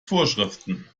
vorschriften